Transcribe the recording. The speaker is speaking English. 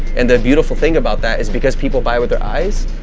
and the beautiful thing about that is because people buy with their eyes.